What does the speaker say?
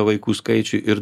vaikų skaičiui ir